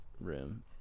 room